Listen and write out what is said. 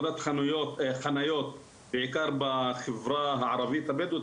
הנושא של הפרדת חניות בעיקר בחברה הערבית הבדואית,